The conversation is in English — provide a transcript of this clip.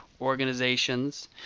organizations